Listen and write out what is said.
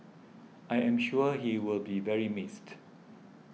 I am sure he will be very missed